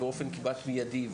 באופן כמעט מיידי,